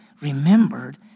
remembered